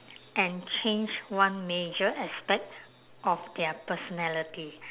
and change one major aspect of their personality